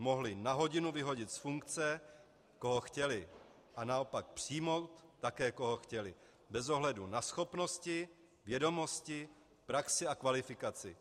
Mohli na hodinu vyhodit z funkce, koho chtěli, a naopak přijmout také koho chtěli, bez ohledu na schopnosti, vědomosti, praxi a kvalifikaci.